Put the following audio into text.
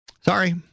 Sorry